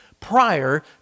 prior